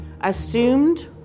assumed